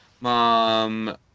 mom